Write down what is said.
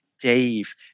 Dave